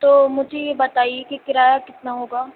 تو مجھے یہ بتائیے کہ کرایہ کتنا ہوگا